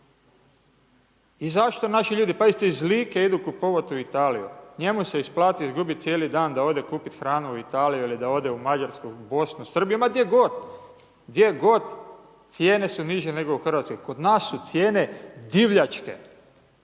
I zašto naši ljudi, pazite iz Like idu u Italiju, njemu se isplati izgubiti cijeli dan, da ode kupiti hranu u Italiju ili da ode u Mađarsku, Bosnu, Srbiju, ma gdje god. Gdje god, cijene su niže nego u Hrvatskoj, kod nas su cijene divljačke,